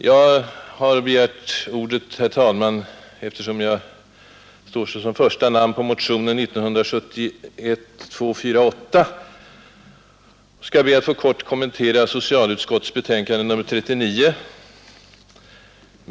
Jag har begärt ordet, herr talman, eftersom jag står såsom första namn på motionen 1971:248. Jag skall be att få kort kommentera socialutskottets betänkande nr 39.